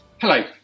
Hello